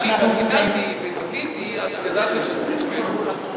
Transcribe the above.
התעניינתי ותהיתי, אז ידעתי שאני צריך לבדוק.